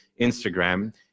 instagram